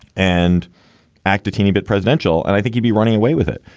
and act a teeny bit presidential and i think he'd be running away with it.